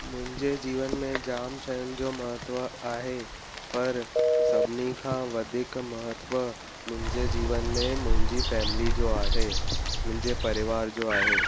मुंहिंजे जीवन में जामु शयुनि जो महत्व आहे पर सभिनी खां वधीक महत्व मुंहिंजे जीवन में मुंहिंजी फैमिली जो आहे मुंहिंजे परिवार जो आहे